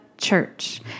Church